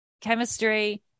chemistry